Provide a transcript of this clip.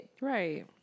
Right